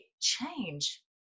change